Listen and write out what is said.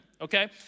okay